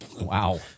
Wow